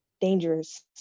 dangerous